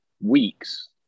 weeks